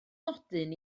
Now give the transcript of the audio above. nodyn